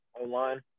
online